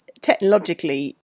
technologically